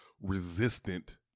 resistant